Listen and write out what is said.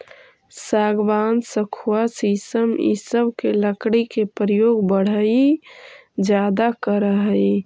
सागवान, सखुआ शीशम इ सब के लकड़ी के प्रयोग बढ़ई ज्यादा करऽ हई